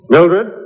Mildred